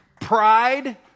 Pride